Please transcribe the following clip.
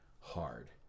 hard